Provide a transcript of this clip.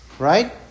Right